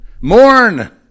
mourn